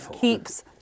keeps